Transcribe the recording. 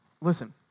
listen